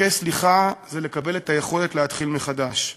לבקש סליחה זה לקבל את היכולת להתחיל מחדש.